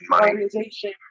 organization